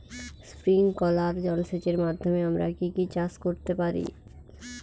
Sprinkler জলসেচের মাধ্যমে আমরা কি কি চাষ করতে পারি?